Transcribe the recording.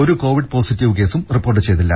ഒരു covid positive കേസും report ചെയ്തിട്ടില്ല